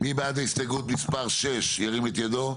מי בעד הסתייגות מספר 6 שירים את ידו.